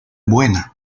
buena